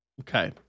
Okay